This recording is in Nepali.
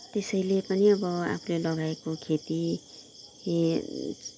त्यसैले पनि अब आफूले लगाएको खेती